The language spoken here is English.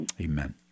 Amen